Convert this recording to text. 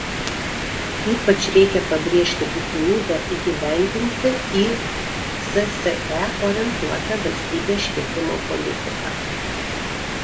ypač reikia pabrėžti būtinybę įgyvendinti į sse orientuotą valstybės švietimo politiką